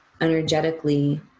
energetically